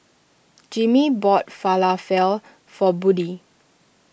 Jimmie bought Falafel for Buddie